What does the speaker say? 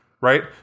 Right